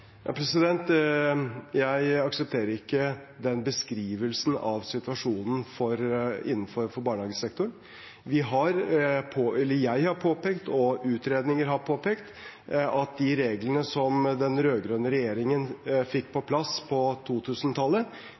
Jeg aksepterer ikke den beskrivelsen av situasjonen innenfor barnehagesektoren. Jeg har påpekt, og utredninger har påpekt, at de reglene som den rød-grønne regjeringen fikk på plass på